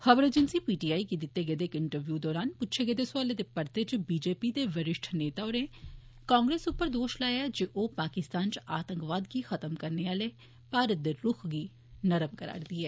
खबर agency PTI गी दित्ते गेदे इक इंटरव्यू दौरान पुच्छे गेदे सवालै दे परते च बीजेपी दे वरिष्ठ नेता होरें कांग्रेस उप्पर दोष लाया जे ओह पाकिस्तान च आतंकवाद गी खत्म करने आले भारत दे रूख गी नरम करा रदी ऐ